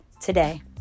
today